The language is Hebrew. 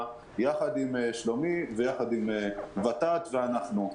יחד עם שלומי ויחד עם ות"ת ואנחנו.